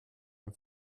ein